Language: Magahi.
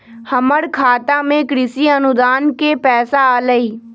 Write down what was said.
हमर खाता में कृषि अनुदान के पैसा अलई?